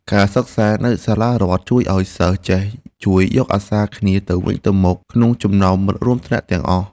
ការសិក្សានៅសាលារដ្ឋជួយឱ្យសិស្សចេះជួយយកអាសាគ្នាទៅវិញទៅមកក្នុងចំណោមមិត្តរួមថ្នាក់ទាំងអស់។